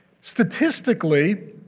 Statistically